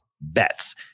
bets